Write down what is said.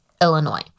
Illinois